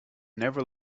never